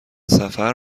سفر